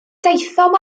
daethom